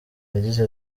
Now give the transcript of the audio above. yagize